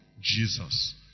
Jesus